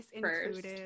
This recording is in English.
first